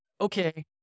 okay